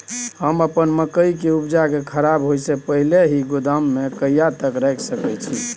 हम अपन मकई के उपजा के खराब होय से पहिले ही गोदाम में कहिया तक रख सके छी?